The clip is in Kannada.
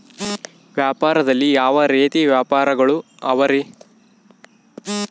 ವ್ಯಾಪಾರದಲ್ಲಿ ಯಾವ ರೇತಿ ವ್ಯಾಪಾರಗಳು ಅವರಿ?